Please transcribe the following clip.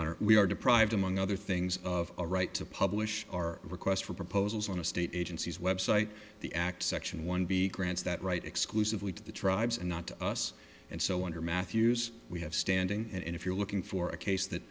honor we are deprived among other things of a right to publish our request for proposals on a state agencies website the act section one b grants that right exclusively to the tribes and not to us and so under matthews we have standing and if you're looking for a case that